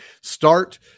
Start